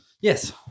Yes